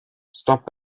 stop